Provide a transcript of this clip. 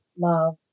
love